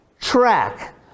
track